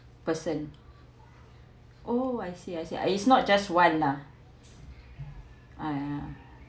person oh I see I see it's not just one lah uh